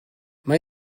mae